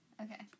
Okay